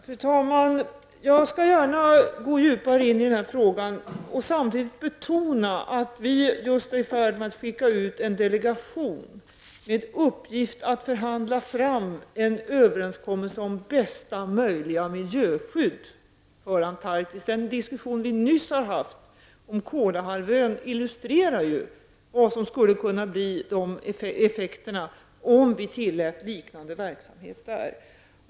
Fru talman! Jag skall gärna gå djupare in på den här frågan och samtidigt betona att vi just är i färd med att skicka ut en delegation med uppgift att förhandla fram en överenskommelse om bästa möjliga miljöskydd för Antarktis. Den diskussion vi nyss har haft om Kolahalvön illustrerar ju vad som skulle kunna bli effekterna om vi tillät liknande verksamhet där.